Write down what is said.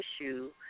issue